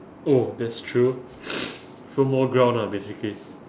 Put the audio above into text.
oh that's true so more ground lah basically